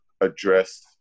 address